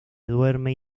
duerme